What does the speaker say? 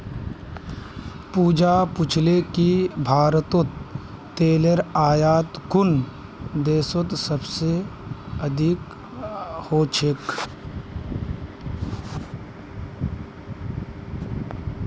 पूजा पूछले कि भारतत तेलेर आयात कुन देशत सबस अधिक ह छेक